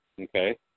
Okay